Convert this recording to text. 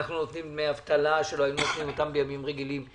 אנחנו נותנים דמי אבטלה שלא היינו נותנים אותם בימים רגילים,